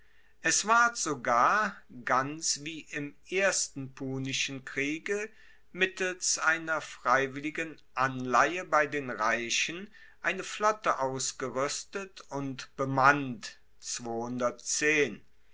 es ward sogar ganz wie im ersten punischen kriege mittels einer freiwilligen anleihe bei den reichen eine flotte ausgeruestet und bemannt